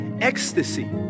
ecstasy